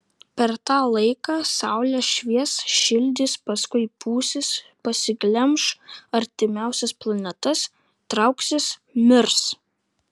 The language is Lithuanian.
per tą laiką saulė švies šildys paskui pūsis pasiglemš artimiausias planetas trauksis mirs